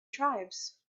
tribes